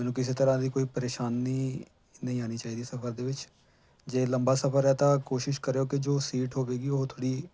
ਮੈਨੂੰ ਕਿਸੇ ਤਰ੍ਹਾਂ ਦੀ ਕੋਈ ਪਰੇਸ਼ਾਨੀ ਨਹੀਂ ਆਉਣੀ ਚਾਹੀਦੀ ਸਫਰ ਦੇ ਵਿੱਚ ਜੇ ਲੰਬਾ ਸਫਰ ਹੈ ਤਾਂ ਕੋਸ਼ਿਸ਼ ਕਰਿਓ ਕਿ ਜੋ ਸੀਟ ਹੋਵੇਗੀ ਉਹ ਥੋੜ੍ਹੀ